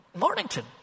Mornington